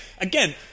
Again